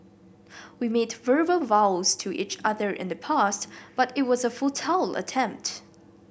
we made verbal vows to each other in the past but it was a futile attempt